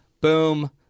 boom